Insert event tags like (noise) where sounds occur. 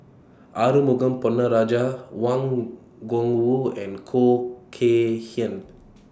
Arumugam Ponnu Rajah Wang Gungwu and Khoo Kay Hian (noise)